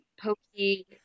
pokey